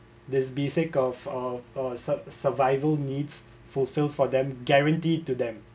this be sake of uh uh sur~ survival needs fulfil for them guarantee to them